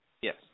Yes